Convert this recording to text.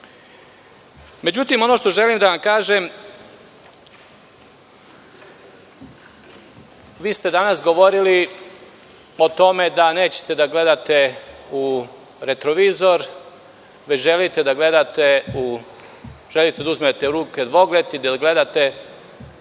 zemlji.Međutim, ono što želim da vam kažem, vi ste danas govorili o tome da nećete da gledate u retrovizor, već želite da uzmete u ruke dvogled i gledate